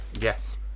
Yes